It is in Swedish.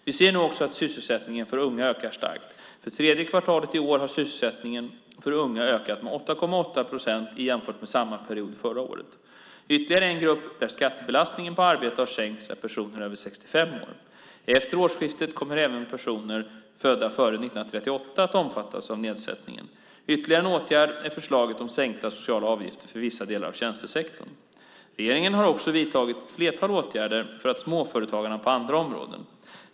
Vi ser nu också att sysselsättningen för unga ökar starkt. För tredje kvartalet i år har sysselsättningen för unga ökat med 8,8 procent jämfört med samma period förra året. Ytterligare en grupp där skattebelastningen på arbete har sänkts är personer över 65 år. Efter årsskiftet kommer även personer födda före 1938 att omfattas av nedsättningen. Ytterligare en åtgärd är förslaget om sänkta socialavgifter för vissa delar av tjänstesektorn. Regeringen har också vidtagit ett flertal åtgärder för småföretagarna på andra skatteområden.